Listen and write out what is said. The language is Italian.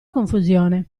confusione